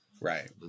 right